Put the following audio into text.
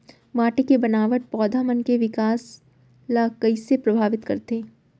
माटी के बनावट पौधा मन के बिकास ला कईसे परभावित करथे